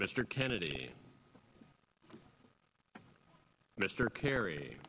mr kennedy mr kerry